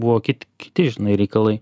buvo kit kiti žinai reikalai